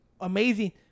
amazing